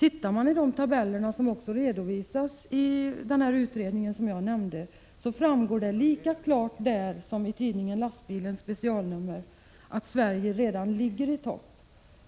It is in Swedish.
Ser man på tabellerna i den utredning som jag nämnde, finner man att det framgår lika klart där som i tidningen Lastbilens specialnummer att Sverige redan ligger i topp.